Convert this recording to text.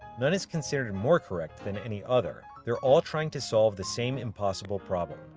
none is considered more correct than any other. they're all trying to solve the same impossible problem.